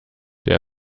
der